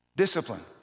Discipline